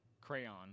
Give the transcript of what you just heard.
Crayon